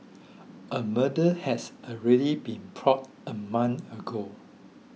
a murder has already been a month ago